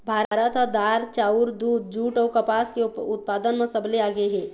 भारत ह दार, चाउर, दूद, जूट अऊ कपास के उत्पादन म सबले आगे हे